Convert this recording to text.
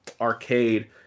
arcade